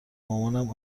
مامانم